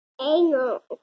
Angle